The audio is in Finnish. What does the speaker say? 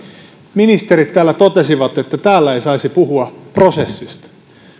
ministerit täällä totesivat että täällä ei saisi puhua prosessista